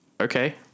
okay